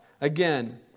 Again